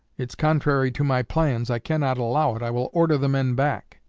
it's contrary to my plans. i cannot allow it. i will order the men back.